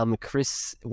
Chris